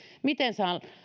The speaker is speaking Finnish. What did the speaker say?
miten